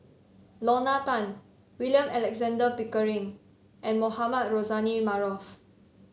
Lorna Tan William Alexander Pickering and Mohamed Rozani Maarof